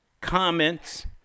Comments